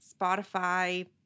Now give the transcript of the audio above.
Spotify